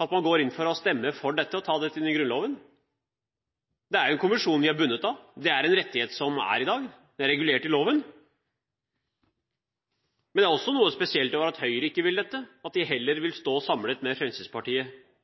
går vi inn for å stemme for å ta dette inn i Grunnloven. Det er en konvensjon vi er bundet av. Det er en rettighet som finnes i dag, det er regulert i loven. Men det er også noe spesielt at Høyre ikke vil dette, at de heller vil stå sammen med Fremskrittspartiet